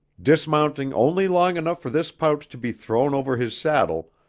dismounting only long enough for this pouch to be thrown over his saddle,